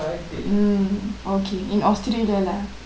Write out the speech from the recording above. mm okay in australia lah